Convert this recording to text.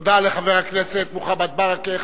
תודה לחבר הכנסת מוחמד ברכה.